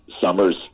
Summers